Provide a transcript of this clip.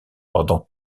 pendant